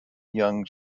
young